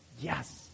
Yes